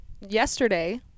yesterday